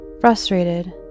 Frustrated